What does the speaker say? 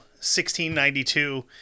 1692